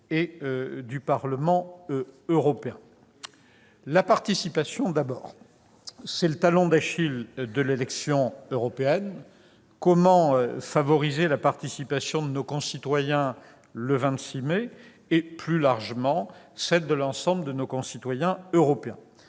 moins souvent évoquée. La participation est le talon d'Achille de l'élection européenne : comment favoriser la participation de nos concitoyens le 26 mai et, plus largement, celle de l'ensemble de nos concitoyens européens ?